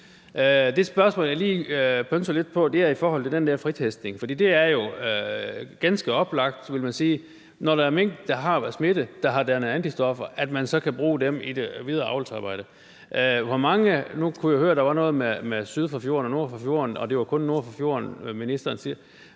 Det spørgsmål, jeg lige pønser på at stille, handler om den der fritestning. For det er jo ganske oplagt, vil man sige, at når der er mink, der har været smittet, der har dannet antistoffer, så kan man bruge dem i det videre avlsarbejde. Nu kunne jeg høre, der var noget med syd for Limfjorden og nord for Limfjorden, og ministeren siger,